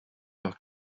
doch